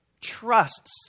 trusts